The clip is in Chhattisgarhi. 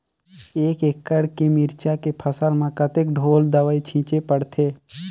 एक एकड़ के मिरचा के फसल म कतेक ढोल दवई छीचे पड़थे?